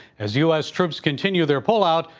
as u s. troops continue their pullout,